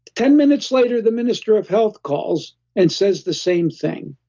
ten minutes later, the minister of health calls and says the same thing.